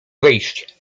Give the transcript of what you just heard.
wejść